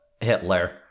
Hitler